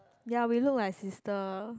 ya we look like sister